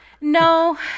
No